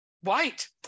white